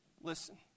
Listen